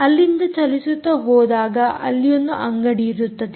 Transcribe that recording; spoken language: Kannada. ಅಲ್ಲಿಂದ ಚಲಿಸುತ್ತಾ ಹೋದಾಗ ಅಲ್ಲಿಯೊಂದು ಅಂಗಡಿಯಿರುತ್ತದೆ